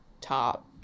top